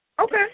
Okay